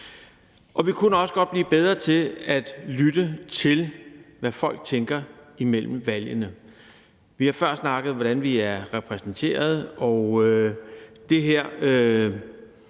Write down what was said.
Og vi kunne også godt blive bedre til at lytte til, hvad folk tænker, imellem valgene. Vi har før snakket om, hvordan vi er repræsenteret, og det her